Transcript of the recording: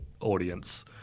audience